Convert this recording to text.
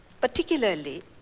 particularly